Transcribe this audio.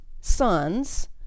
sons